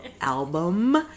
album